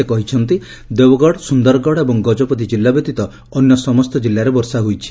ସେ କହିଛନ୍ତି ଦେବଗଡ଼ ସୁନ୍ଦରଗଡ଼ ଏବଂ ଗଜପତି ଜିଲ୍ଲା ବ୍ୟତୀତ ଅନ୍ୟ ସମସ୍ତ ଜିଲ୍ଲାରେ ବର୍ଷା ହୋଇଛି